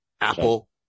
Apple